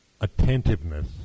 attentiveness